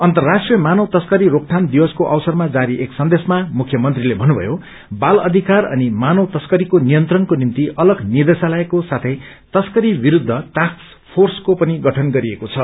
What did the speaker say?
अन्तर्राष्ट्रीय मानव तस्करी रोकथाम दिवसको अवसरमा जारी एक सन्देशमा मुख्यमन्त्रीले भन्नुभयो बाल अधिकार अनि मानव तस्करीको नियन्त्रणको निम्ति अलग निदेशालयका साथै तस्करी विरूद्ध टास्क फोर्सको पनि गठन गरिएको छ